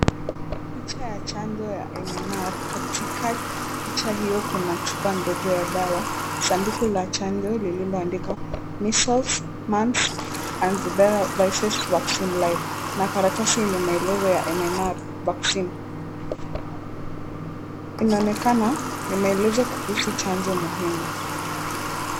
Picha ya chanjo ya MMR. Katika picha hiyo kuna chupa ndogo ya dawa, sanduku la chanjo lililoandikwa Measles, Mumps and Rubella viises vaccine live na karatasi yenye maelezo ya MMR vaccine. Inaonekana ni maelezo kuhusu chanjo muhimu.